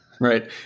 Right